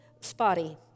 spotty